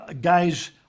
Guys